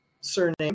surname